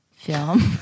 Film